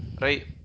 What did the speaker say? Right